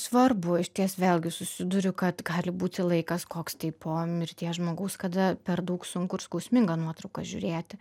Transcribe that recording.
svarbu išties vėlgi susiduriu kad gali būti laikas koks tai po mirties žmogaus kada per daug sunku ir skausminga nuotrauką žiūrėti